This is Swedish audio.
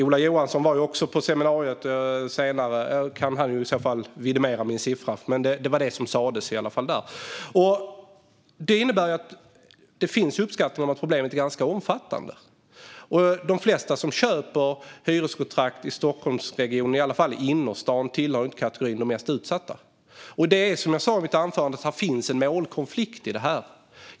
Ola Johansson var också på seminariet och kan vidimera siffran. Det finns alltså uppskattningar av att problemet är ganska omfattande. De flesta som köper hyreskontrakt i Stockholmsregionen, i alla fall i innerstan, tillhör inte kategorin "de mest utsatta". Som jag sa i mitt anförande finns det en målkonflikt här.